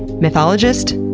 mythologist,